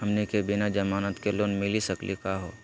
हमनी के बिना जमानत के लोन मिली सकली क हो?